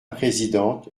présidente